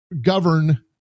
govern